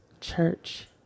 church